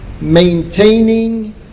maintaining